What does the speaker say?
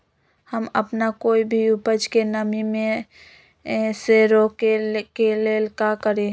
हम अपना कोई भी उपज के नमी से रोके के ले का करी?